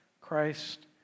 Christ